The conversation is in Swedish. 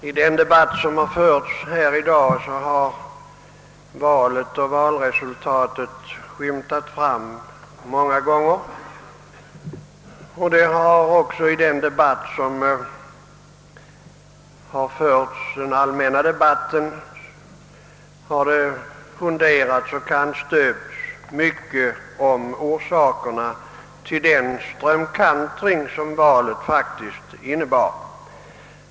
I den debatt som förts här i dag har valet och valresultatet skymtat många gånger, och också i den allmänna debatten har det funderats över och kannstöpts om orsakerna till den strömkantring som valet faktiskt innebar.